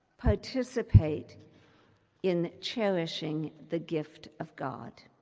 participate in cherishing the gift of god.